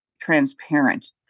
transparent